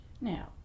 Now